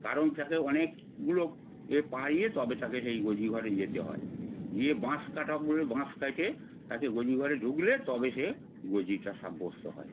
কারণ তাকে অনেকগুলো এ পার হয়ে তবে তাকে সেই গোজি ঘরে যেতে হয় গিয়ে বাঁশ কাটা বলে বাঁশ কাটে তাকে গোজি ঘরে ঢুকলে তবে সে গোজিটা সাব্যস্ত হয়